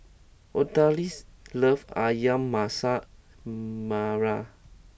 Odalys loves Ayam Masak Merah